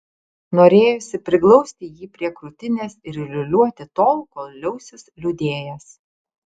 norėjosi priglausti jį prie krūtinės ir liūliuoti tol kol liausis liūdėjęs